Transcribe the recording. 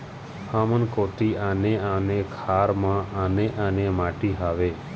हमर कोती आने आने खार म आने आने माटी हावे?